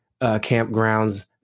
campgrounds